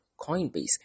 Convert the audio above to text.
coinbase